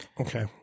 Okay